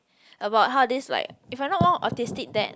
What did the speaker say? about how this like if I'm not wrong autistic dad